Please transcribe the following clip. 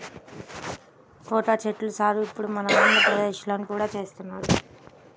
cocoa చెట్ల సాగు ఇప్పుడు మన ఆంధ్రప్రదేశ్ లో కూడా చేస్తున్నారు